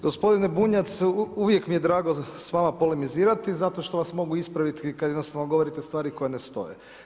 Gospodine Bunjac, uvijek mi je drago sa vama polemizirati zato što vas mogu ispraviti kad jednostavno govorite stvari koje ne stoje.